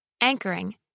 anchoring